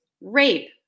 rape